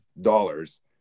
dollars